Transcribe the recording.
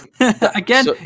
Again